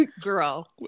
girl